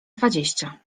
dwadzieścia